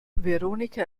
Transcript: veronika